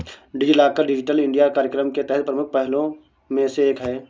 DigiLocker digital India कार्यक्रम के तहत प्रमुख पहलों में से एक है